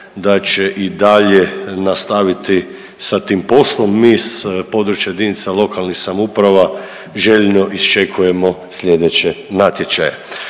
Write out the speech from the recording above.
da će i dalje nastaviti sa tim poslom. Mi s područja jedinica lokalnih samouprava željno iščekujemo sljedeće natječaje.